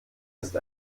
ist